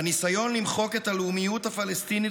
בניסיון למחוק את הלאומיות הפלסטינית